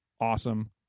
awesome